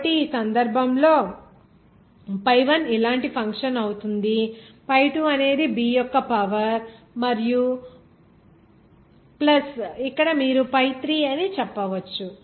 కాబట్టి ఈ సందర్భంలో ఈ pi1 ఇలాంటి ఫంక్షన్ అవుతుంది pi2 అనేది b యొక్క పవర్ మరియు ప్లస్ ఇక్కడ మీరు pi3 అని చెప్పవచ్చు